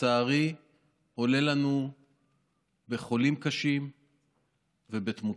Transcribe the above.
לצערי עולה לנו בחולים קשים ובתמותה.